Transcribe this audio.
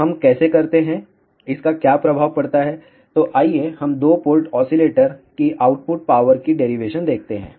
तो हम कैसे करते हैं इसका क्या प्रभाव पड़ता है तो आइए हम दो पोर्ट ऑसिलेटर की आउटपुट पावर की डेरिवेशन देखते हैं